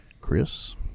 Chris